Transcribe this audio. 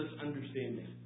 understanding